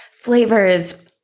flavors